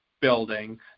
building